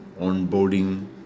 onboarding